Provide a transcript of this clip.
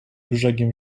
brzegiem